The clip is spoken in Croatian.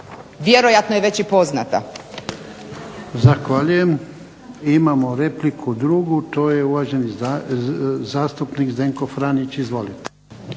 **Jarnjak, Ivan (HDZ)** Zahvaljujem. I imamo repliku drugu, to je uvaženi zastupnik Zdenko Franić. Izvolite.